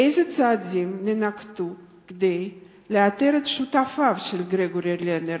אילו צעדים יינקטו כדי לאתר את שותפיו של לרנר,